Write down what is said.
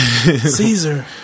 Caesar